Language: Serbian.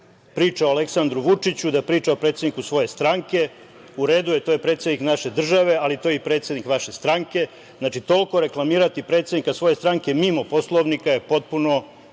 priča o Aleksandru Vučiću, da priča o predsedniku svoje stranke. U redu je, to je predsednik naše države, ali to je i predsednik vaše stranke. Znači, toliko reklamirati predsednika svoje stranke, mimo Poslovnika, je potpuno…Ne